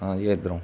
ਹਾਂ ਜੀ ਇੱਧਰੋਂ